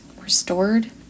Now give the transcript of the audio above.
restored